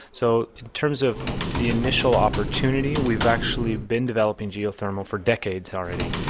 so in terms of the initial opportunity, we've actually been developing geothermal for decades already.